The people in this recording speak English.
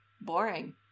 boring